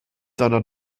seiner